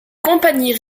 compagnie